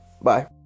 Bye